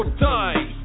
die